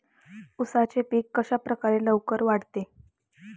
उसाचे पीक कशाप्रकारे लवकर वाढते?